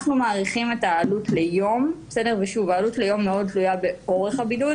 אנחנו מעריכים את העלות ליום והעלות ליום תלויה מאוד באורך הבידוד